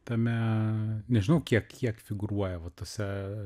tame nežinau kiek kiek figūruoja va tose